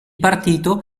partito